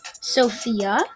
Sophia